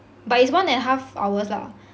but it's one and half hours lah